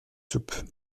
soupe